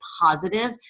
positive